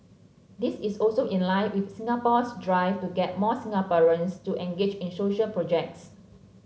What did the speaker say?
this is also in line with Singapore's drive to get more Singaporeans to engage in social projects